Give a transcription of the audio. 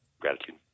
gratitude